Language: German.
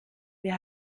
wer